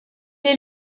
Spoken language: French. est